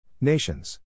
Nations